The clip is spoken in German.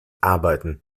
arbeiten